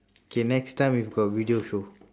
okay next time if got video show